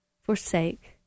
forsake